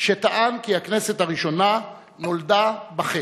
שטען כי הכנסת הראשונה נולדה בחטא,